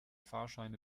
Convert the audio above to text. fahrscheine